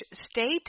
state